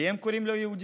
לי הם קוראים לא יהודי?